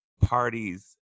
parties